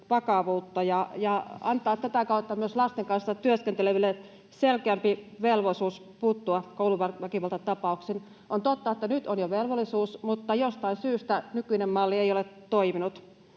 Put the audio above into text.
ja antaa tätä kautta myös lasten kanssa työskenteleville selkeämpi velvollisuus puuttua kouluväkivaltatapauksiin. On totta, että jo nyt on velvollisuus, mutta jostain syystä nykyinen malli ei ole toiminut.